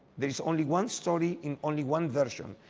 there is only one story in only one version,